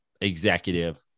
executive